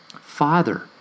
Father